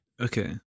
Okay